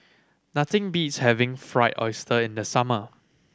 nothing beats having Fried Oyster in the summer